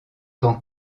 tant